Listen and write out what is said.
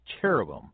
cherubim